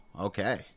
Okay